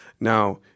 Now